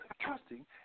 trusting